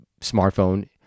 smartphone